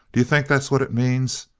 d'you think that's what it means?